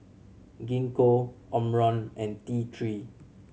Gingko Omron and T Three